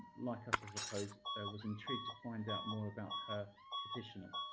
like us, i suppose was intrigued to find out more about her petitioner.